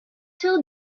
two